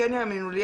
כן יאמינו לי,